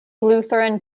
lutheran